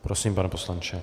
Prosím, pane poslanče.